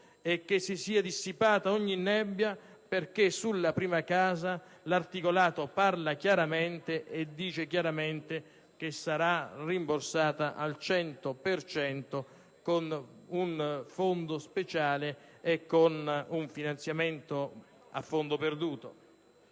e che si sia dissipata ogni nebbia, perché sulla prima casa l'articolato parla chiaramente di un rimborso al cento per cento con un fondo speciale e con un finanziamento a fondo perduto.